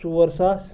ژور ساس